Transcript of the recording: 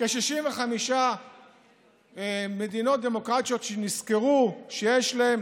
כ-65 מדינות דמוקרטיות שנזכרו שיש להן